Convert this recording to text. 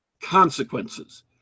consequences